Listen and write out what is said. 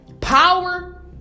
power